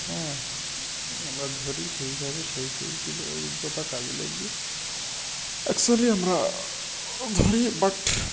হ্যাঁ আমরা ধরি সেইভাবে সেই সেইগুলো অভিজ্ঞতা কাজে লাগিয়ে অ্যাকচুয়ালি আমরা ধরি বাট